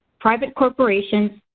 private corporations,